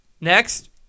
Next